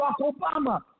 Obama